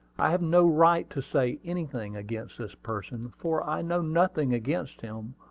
i have no right to say anything against this person, for i know nothing against him.